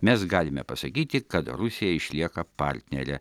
mes galime pasakyti kad rusija išlieka partnere